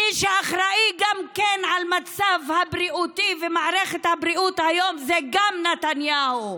מי שאחראי גם למצב הבריאות ומערכת הבריאות היום זה נתניהו,